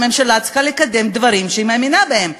והממשלה צריכה לקדם דברים שהיא מאמינה בהם,